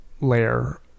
layer